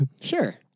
Sure